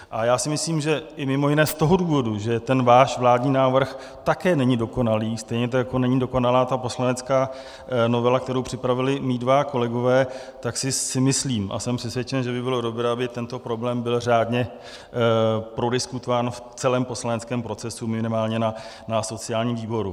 A já si myslím, že i mimo jiné z toho důvodu, že ten váš vládní návrh také není dokonalý, stejně jako není dokonalá ta poslanecká novela, kterou připravili moji dva kolegové, tak si myslím a jsem přesvědčen, že by bylo dobré, aby tento problém byl řádně prodiskutován v celém poslaneckém procesu minimálně na sociálním výboru.